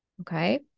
okay